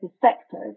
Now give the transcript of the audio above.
sectors